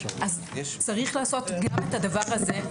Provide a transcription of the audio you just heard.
אז צריך לעשות גם את הדבר הזה,